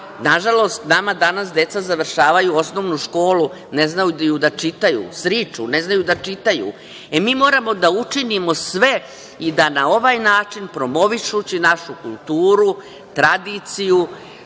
nažalost nama danas deca završavaju osnovnu školu ne znaju da čitaju, sriču, ne znaju da čitaju. E, mi moramo da učinimo sve i da na ovaj način promovišući našu kulturu, tradiciju,